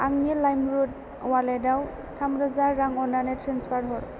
आंनि लाइमरुड अवालेटाव थामरोजा रां अन्नानै ट्रेन्सफार हर